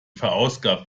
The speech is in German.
verausgabt